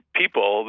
people